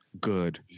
good